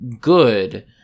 good